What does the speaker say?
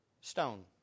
stone